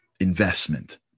investment